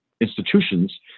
institutions